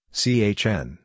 chn